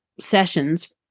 sessions